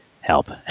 help